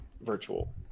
virtual